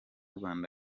rwanda